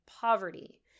poverty